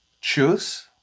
Choose